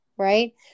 right